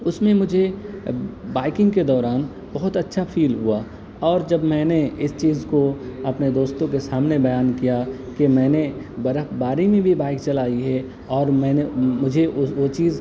اس میں مجھے بائکنگ کے دورا ن بہت اچھا فیل ہوا اور جب میں نے اس چیز کو اپنے دوستوں کے سامنے بیان کیا کہ میں نے برف باری میں بھی بائک چلائی ہے اور میں نے مجھے وہ وہ چیز